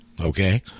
okay